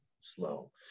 slow